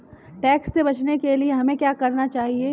Tax से बचने के लिए हमें क्या करना चाहिए?